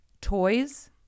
toys